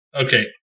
okay